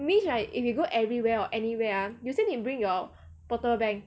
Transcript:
means right if you go everywhere or anywhere you still need to bring your portable bank